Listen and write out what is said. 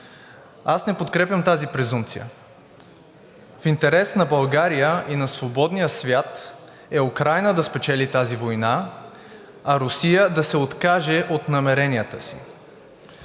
Аз не подкрепям тази презумпция. В интерес на България и на свободния свят е Украйна да спечели тази война, а Русия да се откаже от намеренията си.